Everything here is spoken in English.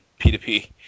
P2P